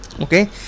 Okay